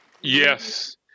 Yes